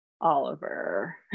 Oliver